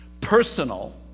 personal